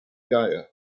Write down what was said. gaia